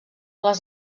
les